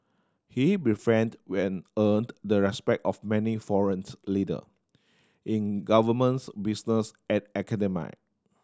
he befriended when earned the respect of many foreign leader in governments business and academia